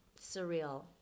surreal